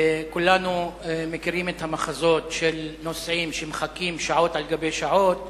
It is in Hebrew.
כולנו מכירים את המחזות של נוסעים שמחכים שעות על גבי שעות